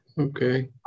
Okay